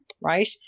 right